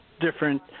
different